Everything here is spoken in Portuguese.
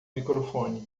microfone